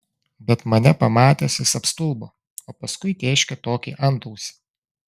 bet mane pamatęs jis apstulbo o paskui tėškė tokį antausį